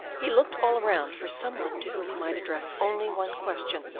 he looked all around for some one to whom he might address only one question,